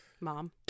Mom